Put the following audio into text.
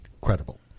credible